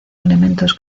elementos